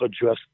address